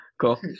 Cool